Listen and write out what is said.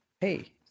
hey